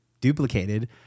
duplicated